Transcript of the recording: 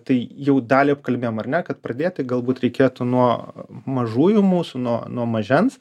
tai jau dalį apkalbėjom ar ne kad pradėti galbūt reikėtų nuo mažųjų mūsų nuo nuo mažens